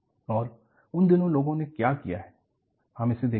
और उन दिनों लोगों ने क्या किया है हम इसे देखेंगे